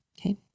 okay